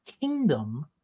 kingdom